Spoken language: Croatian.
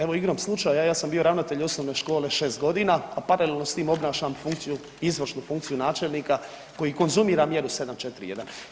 Evo igrom slučaja ja sam bio ravnatelj osnovne škole 6.g., a paralelno s tim obnašam funkciju, izvršnu funkciju načelnika koji konzumira mjeru 741.